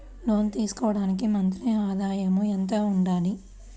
లోను తీసుకోవడానికి మంత్లీ ఆదాయము ఎంత ఉండాలి?